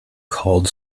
called